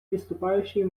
выступающий